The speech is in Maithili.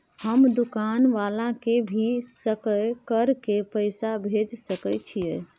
हम दुकान वाला के भी सकय कर के पैसा भेज सके छीयै?